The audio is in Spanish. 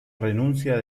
renuncia